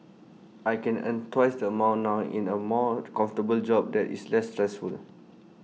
I can earn twice the amount now in A more comfortable job that is less stressful